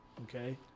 Okay